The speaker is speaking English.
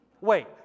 wait